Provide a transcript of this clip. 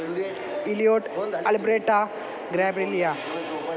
Elliot Alberta ग्रॅब्रेलिया